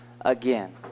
again